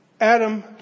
Adam